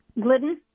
Glidden